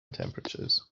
temperatures